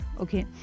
okay